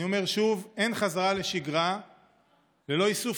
אני אומר שוב: אין חזרה לשגרה ללא איסוף